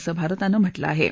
असं भारतानं म्हटलं आहा